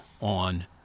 on